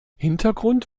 hintergrund